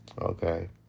Okay